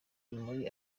muri